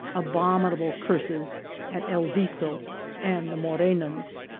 abominable curses at el viso and the morenans.